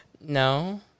No